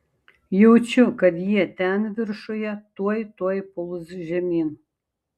jaučiu kad jie ten viršuje tuoj tuoj puls žemyn